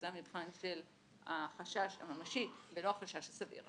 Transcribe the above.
זה המבחן של החשש הממשי ולא החשש הסביר.